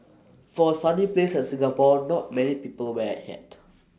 for A sunny place like Singapore not many people wear A hat